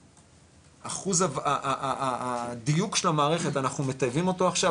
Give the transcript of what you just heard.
אחוז הדיוק של המערכת אנחנו מטייבים אותו עכשיו.